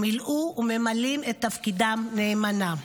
ומילאו וממלאים את תפקידם נאמנה.